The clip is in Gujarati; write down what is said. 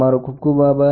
તમારો ખુબ આભાર